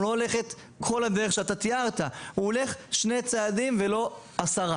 הוא לא הולך את כל הדרך שתיארת הוא הולך שני צעדים ולא עשרה.